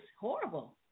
horrible